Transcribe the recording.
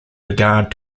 regard